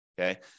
okay